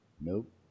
nope